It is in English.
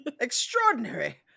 Extraordinary